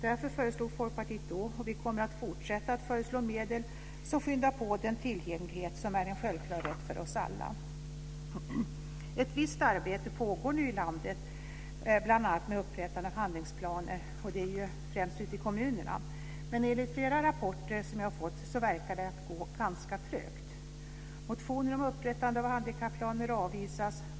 Därför föreslog Folkpartiet då, och kommer att fortsätta föreslå, medel som skyndar på den tillgänglighet som är en självklar rätt för oss alla. Ett visst arbete pågår nu i landet, bl.a. med upprättande av handlingsplaner. Det är ju främst ute i kommunerna. Enligt flera rapporter som jag har fått verkar det dock gå ganska trögt. Motioner om upprättande av handikapplaner avvisas.